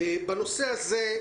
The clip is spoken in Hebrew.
בנושא הזה,